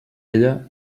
ella